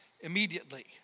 immediately